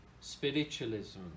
spiritualism